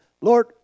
Lord